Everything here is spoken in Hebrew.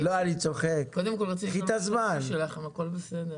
אתייחס לנושאים של יוקר המחייה,